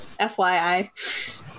fyi